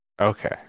Okay